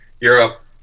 Europe